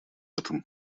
этом